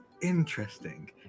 Interesting